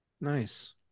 Nice